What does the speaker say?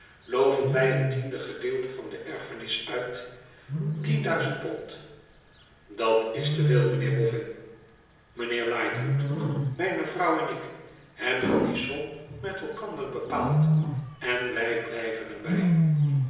wij een tiende gedeelte van de erfenis uit tien duizend pond dat is te veel mijnheer boffin mijnheer lightwood mijne vrouw en ik hebben die som met elkanler bepaald en wij blijven er